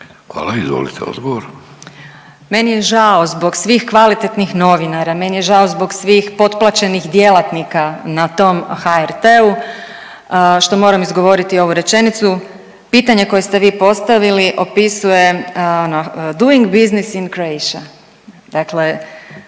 Hvala. Izvolite odgovor.